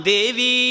Devi